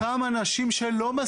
אני מדבר על אותם אנשים שלא מסכימים,